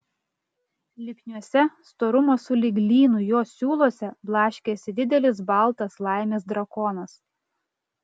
lipniuose storumo sulig lynu jo siūluose blaškėsi didelis baltas laimės drakonas